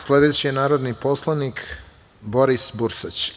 Sledeći je narodni poslanik Boris Bursać.